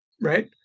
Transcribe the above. right